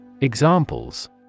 Examples